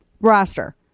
roster